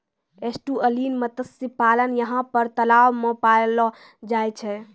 estuarine मत्स्य पालन यहाँ पर तलाव मे पाललो जाय छै